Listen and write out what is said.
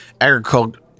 agriculture